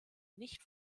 nicht